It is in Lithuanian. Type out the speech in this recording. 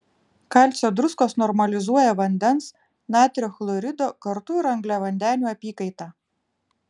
kalcio druskos normalizuoja vandens natrio chlorido kartu ir angliavandenių apykaitą